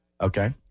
Okay